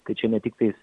kad čia ne tiktais